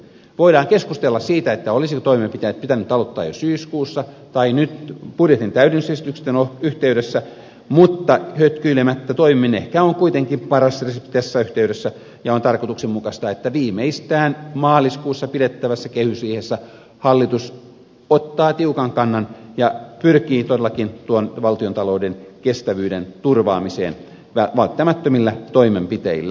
voidaan keskustella siitä olisiko toimenpiteet pitänyt aloittaa jo syyskuussa tai nyt budjetin täydennysesitysten yhteydessä mutta hötkyilemättä toimiminen ehkä on kuitenkin paras resepti tässä yhteydessä ja on tarkoituksenmukaista että viimeistään maaliskuussa pidettävässä kehysriihessä hallitus ottaa tiukan kannan ja pyrkii todellakin tuon valtiontalouden kestävyyden turvaamiseen välttämättömillä toimenpiteillä